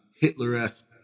Hitler-esque